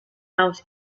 out